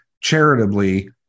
charitably